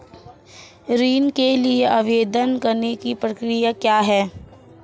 ऋण के लिए आवेदन करने की प्रक्रिया क्या है?